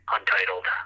Untitled